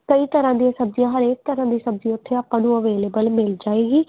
ਕਈ ਤਰ੍ਹਾਂ ਦੀਆਂ ਸਬਜ਼ੀਆਂ ਹਰੇਕ ਤਰ੍ਹਾਂ ਦੀ ਸਬਜ਼ੀ ਉੱਥੇ ਆਪਾਂ ਨੂੰ ਅਵੇਲੇਬਲ ਮਿਲ ਜਾਏਗੀ